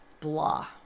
blah